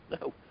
No